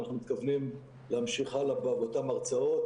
אנחנו מתכוונים להמשיך הלאה באותן הרצאות